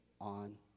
on